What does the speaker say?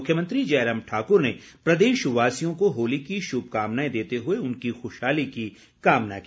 मुख्यमंत्री जयराम ठाकुर ने प्रदेशवासियों को होली की शुभकामनाएं देते हुए उनकी खुशहाली की कामना की